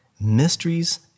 Mysteries